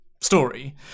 story